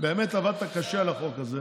באמת עבדת קשה על החוק הזה,